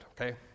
okay